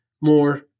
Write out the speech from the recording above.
more